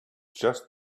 just